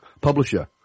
publisher